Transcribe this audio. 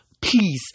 Please